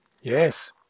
Yes